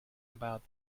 about